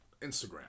Instagram